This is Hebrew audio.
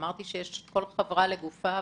אמרתי שכל חברה לגופה.